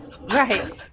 Right